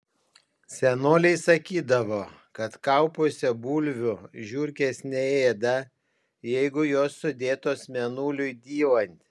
senoliai sakydavo kad kaupuose bulvių žiurkės neėda jeigu jos sudėtos mėnuliui dylant